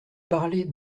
parlez